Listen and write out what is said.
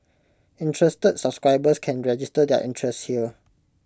interested subscribers can register their interest here